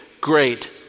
great